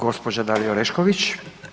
gđa. Dalija Orešković.